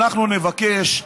אנחנו נבקש,